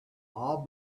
all